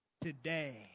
today